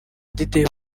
didier